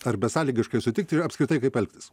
ar besąlygiškai sutikti ir apskritai kaip elgtis